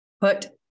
put